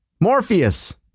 Morpheus